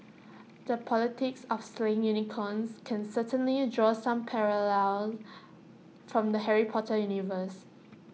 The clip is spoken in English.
the politics of slaying unicorns can certainly draw some parallels from the Harry Potter universe